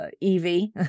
Evie